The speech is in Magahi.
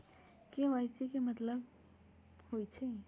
के.वाई.सी के कि मतलब होइछइ?